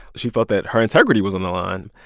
she felt that her integrity was on the line,